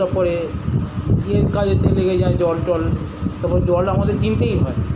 তারপরে বিয়ের কাজেতে লেগে যায় জল টল তারপর জল আমাদের কিনতেই হয়